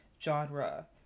genre